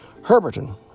Herberton